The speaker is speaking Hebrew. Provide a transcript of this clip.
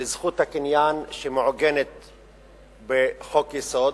לזכות הקניין שמעוגנת בחוק-יסוד,